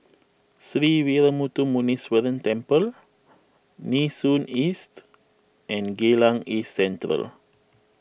Sree Veeramuthu Muneeswaran Temple Nee Soon East and Geylang East Central